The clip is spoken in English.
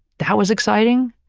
that was exciting.